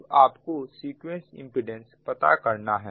तो आपको sequence impedance प्राप्त करना है